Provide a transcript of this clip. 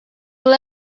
will